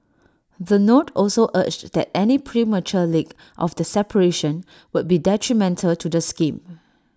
the note also urged that any premature leak of the separation would be detrimental to the scheme